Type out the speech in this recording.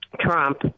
Trump